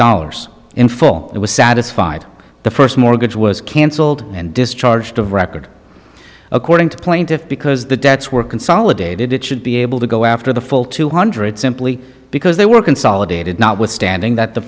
dollars in full it was satisfied the first mortgage was cancelled and discharged of record according to plaintiffs because the debts were consolidated it should be able to go after the full two hundred simply because they were consolidated notwithstanding that the